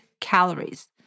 calories